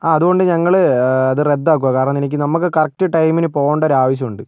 ആ അതുകൊണ്ട് ഞങ്ങള് അത് റദ്ദാക്കുവാണ് കാരണം നമുക്ക് കറക്റ്റ് ടൈമിനു പോകണ്ടൊരു ആവശ്യമുണ്ട്